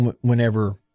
whenever